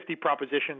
proposition